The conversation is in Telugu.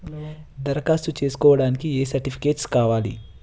దరఖాస్తు చేస్కోవడానికి ఏ సర్టిఫికేట్స్ కావాలి?